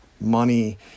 money